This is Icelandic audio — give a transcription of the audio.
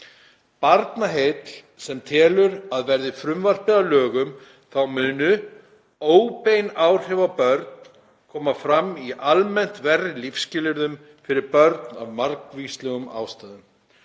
Barnaheill sem telur að verði frumvarpið að lögum þá munu „Óbein áhrif á börn [koma] fram í almennt verri lífsskilyrðum fyrir börn af margvíslegum ástæðum“,